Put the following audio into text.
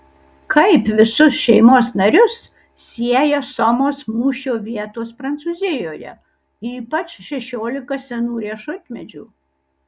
kaip visus šeimos narius sieja somos mūšio vietos prancūzijoje ypač šešiolika senų riešutmedžių